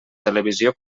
televisió